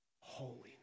holiness